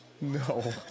no